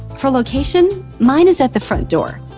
for location, mine is at the front door.